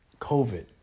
COVID